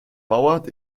bauart